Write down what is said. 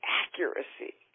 accuracy